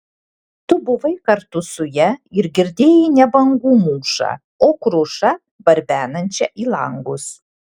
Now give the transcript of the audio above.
tu buvai kartu su ja ir girdėjai ne bangų mūšą o krušą barbenančią į langus